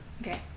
Okay